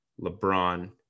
LeBron